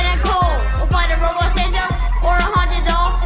fight a robot santa or a haunted doll!